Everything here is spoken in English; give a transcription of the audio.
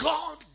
God